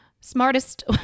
smartest